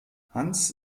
hans